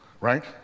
right